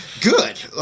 good